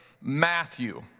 Matthew